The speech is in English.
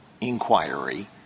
inquiry